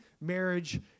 marriage